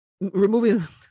removing